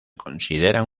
consideran